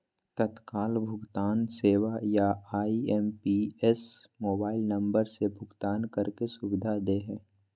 तत्काल भुगतान सेवा या आई.एम.पी.एस मोबाइल नम्बर से भुगतान करे के सुविधा दे हय